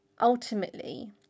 ultimately